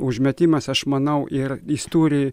užmetimas aš manau ir jis turi